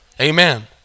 Amen